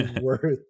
worth